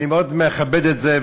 אני מאוד מכבד את זה.